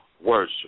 worship